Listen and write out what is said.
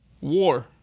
War